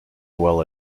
well